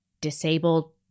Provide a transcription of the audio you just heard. disabled